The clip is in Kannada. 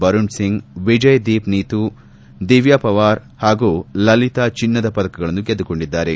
ಬರುಣ್ ಸಿಂಗ್ ವಿಜಯ್ದೀಪ್ ನೀತು ದಿವ್ಯಾ ಪವಾರ್ ಹಾಗೂ ಲಲಿತಾ ಚಿನ್ನದ ಪದಕಗಳನ್ನು ಗೆದ್ದುಕೊಂಡಿದ್ದಾರೆ